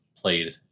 played